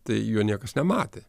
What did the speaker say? tai jo niekas nematė